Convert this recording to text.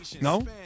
No